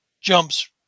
jumps